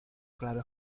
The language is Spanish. claro